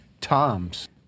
Tom's